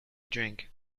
drink